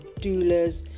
doulas